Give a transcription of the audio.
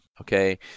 okay